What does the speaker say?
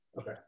Okay